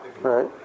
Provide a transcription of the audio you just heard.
right